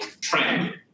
trend